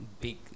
big